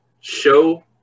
show